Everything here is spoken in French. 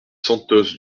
santos